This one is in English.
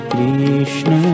Krishna